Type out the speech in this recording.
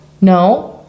no